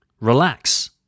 Relax